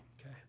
Okay